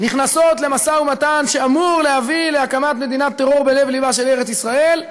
נכנסים למשא ומתן שאמור להביא להקמת מדינת טרור בלב-ליבה של ארץ ישראל,